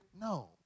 No